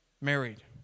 married